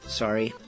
sorry